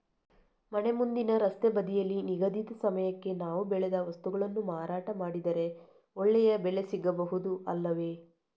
ಮನೆ ಮುಂದಿನ ರಸ್ತೆ ಬದಿಯಲ್ಲಿ ನಿಗದಿತ ಸಮಯಕ್ಕೆ ನಾವು ಬೆಳೆದ ವಸ್ತುಗಳನ್ನು ಮಾರಾಟ ಮಾಡಿದರೆ ಒಳ್ಳೆಯ ಬೆಲೆ ಸಿಗಬಹುದು ಅಲ್ಲವೇ?